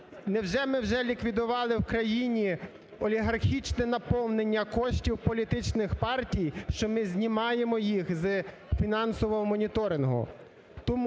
Невже ми вже ліквідували в країні олігархічне наповнення коштів політичних партій, що ми знімаємо їх з фінансового моніторингу?